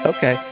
Okay